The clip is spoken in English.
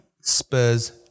Spurs